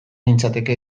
nintzateke